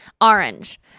orange